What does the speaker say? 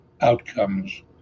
outcomes